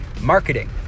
marketing